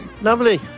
Lovely